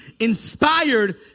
inspired